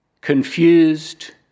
confused